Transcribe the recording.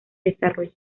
desarrollo